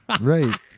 Right